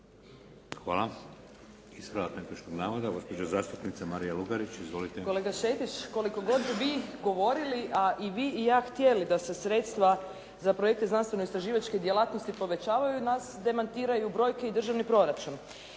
Hvala. Ispravak netočnog navoda gospođa zastupnica Marija Lugarić. Izvolite. **Lugarić, Marija (SDP)** Kolega Šetić, koliko god vi govorili a i vi i ja htjeli da se sredstva za projekte znanstveno-istraživačke djelatnosti povećavaju nas demantiraju brojke i državni proračun.